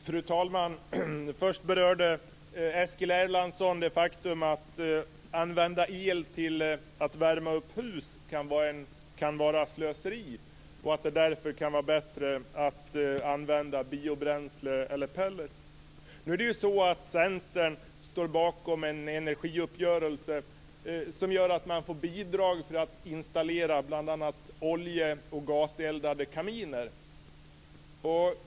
Fru talman! Först berörde Eskil Erlandsson det faktum att det kan vara slöseri att använda el till att värma upp hus och att det därför kan vara bättre att använda biobränsle eller pellets. Centern står ju bakom en energiuppgörelse som gör att man får bidrag för att installera bl.a. olje och gaseldade kaminer.